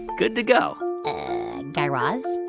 good to go guy raz?